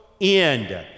end